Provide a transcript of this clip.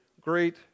great